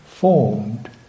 formed